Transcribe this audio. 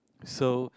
so